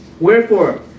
Wherefore